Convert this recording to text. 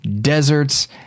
Deserts